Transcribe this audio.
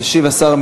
התשע"ג 2013,